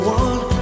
one